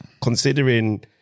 considering